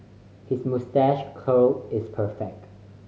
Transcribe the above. his moustache curl is perfect